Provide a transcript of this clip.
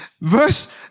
Verse